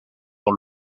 dans